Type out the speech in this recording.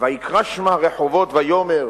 "ויקרא שמה רחבות ויאמר